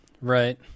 Right